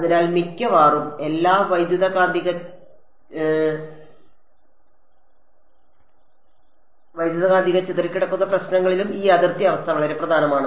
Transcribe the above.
അതിനാൽ മിക്കവാറും എല്ലാ വൈദ്യുതകാന്തിക ചിതറിക്കിടക്കുന്ന പ്രശ്നങ്ങളിലും ഈ അതിർത്തി അവസ്ഥ വളരെ പ്രധാനമാണ്